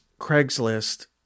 Craigslist